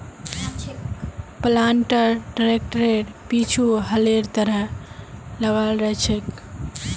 planter ट्रैक्टरेर पीछु हलेर तरह लगाल रह छेक